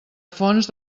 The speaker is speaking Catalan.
fons